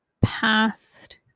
past